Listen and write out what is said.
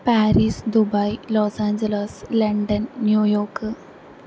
Paris Dubai Los Angeles London New York